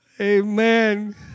Amen